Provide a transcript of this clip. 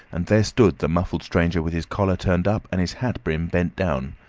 and there stood the muffled stranger with his collar turned up, and his hat-brim bent down.